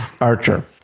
Archer